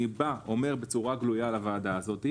אני אומר בצורה גלויה לוועדה הזאת,